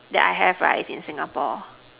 that I have right is in Singapore